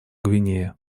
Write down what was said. гвинея